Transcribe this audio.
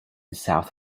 south